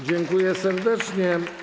Dziękuję serdecznie.